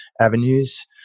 avenues